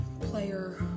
player